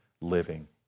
living